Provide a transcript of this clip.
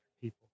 people